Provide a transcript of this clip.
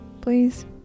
Please